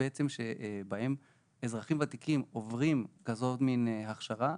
שבהן אזרחים ותיקים עוברים כזאת הכשרה,